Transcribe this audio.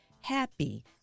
Happy